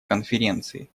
конференции